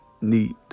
need